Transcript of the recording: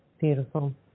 Beautiful